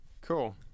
cool